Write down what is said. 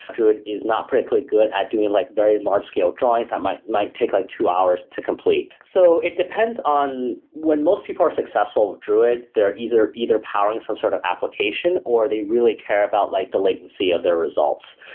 druid is not particularly good at doing like very large-scale drawings that might might take like two hours to complete so it depends on when most people are successful with druid, they're either either powering some sort of application, or they really care about like the latency of their results.